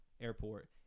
airport